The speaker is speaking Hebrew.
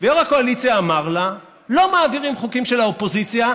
ויו"ר הקואליציה אמר לה: לא מעבירים חוקים של האופוזיציה,